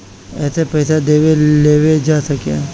एसे पइसा देवे लेवे जा सके